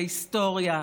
להיסטוריה,